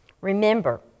remember